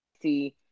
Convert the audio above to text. see